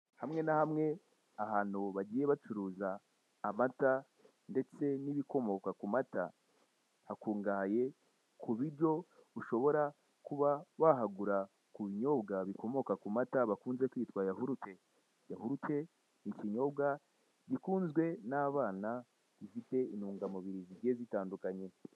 Hamwe na hamwe ahantu bagiye bacuruza amata ndetse n'ibikomoka ku mata hakungahaye ku buryi ushobora kuba wahagura ku binyobwa bikomoka ku mata bakunze kwita yahurute. Yahurute ni ikinyobwa gikunzwe n'abana gifite intungamubiri zigiye zitandukanye.